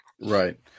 Right